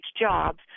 jobs